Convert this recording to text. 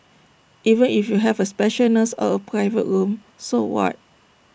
even if you have A special nurse or A private room so what